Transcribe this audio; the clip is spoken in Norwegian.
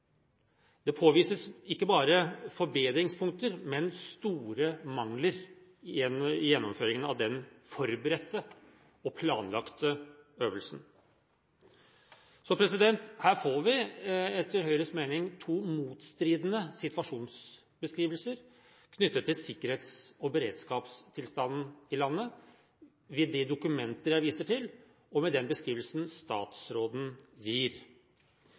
Det påvises ikke bare forbedringspunkter, men store mangler i gjennomføringen av den forberedte og planlagte øvelsen. Her får vi etter Høyres mening to motstridende situasjonsbeskrivelser knyttet til sikkerhets- og beredskapstilstanden i landet, ved de dokumenter jeg viser til, og med den beskrivelsen statsråden gir.